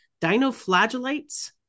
dinoflagellates